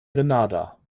grenada